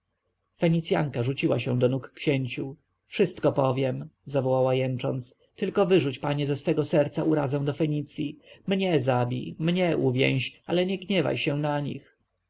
fenicjanka rzuciła się do nóg księciu wszystko powiem zawołała jęcząc tylko wyrzuć panie ze swego serca urazę do fenicji mnie zabij mnie uwięź ale nie gniewaj się na nich